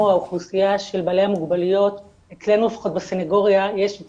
האוכלוסייה של בעלי המוגבלויות אצלנו לפחות בסנגוריה יש יותר